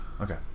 Okay